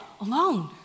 alone